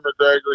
mcgregor